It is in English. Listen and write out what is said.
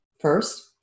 First